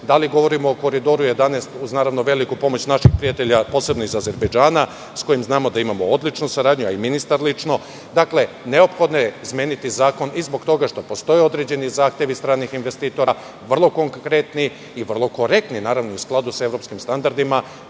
da li govorimo o Koridoru 11, uz naravno veliku pomoć naših prijatelja, posebno iz Azerbejdžana, s kojim znamo da imamo odličnu saradnju, a i ministar lično. Dakle, neophodno je izmeniti zakon i zbog toga što postoje određeni zahtevi stranih investitora, vrlo konkretnih i vrlo korektnih, naravno, u skladu sa evropskim standardima,